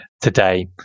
today